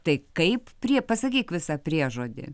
tai kaip prie pasakyk visą priežodį